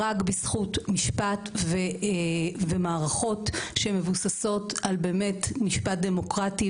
רק בזכות משפט ומערכות שמבוססות על באמת משפט דמוקרטי,